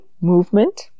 movement